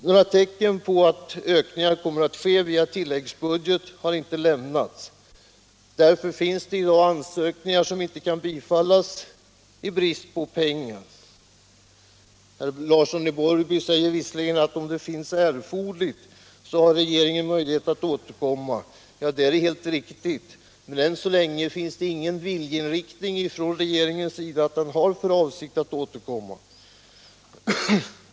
Några tecken på att ökningar kommer att ske via tilläggsbudget har inte synts. Därför finns det i dag ansökningar som inte kan bifallas på grund av bristen på pengar. Herr Larsson i Borrby säger visserligen att om det visar sig erforderligt så har regeringen möjlighet att återkomma. Det är helt riktigt, men än så länge har regeringen inte visat någon viljeinriktning som tyder på att den har för avsikt att återkomma.